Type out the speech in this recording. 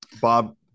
Bob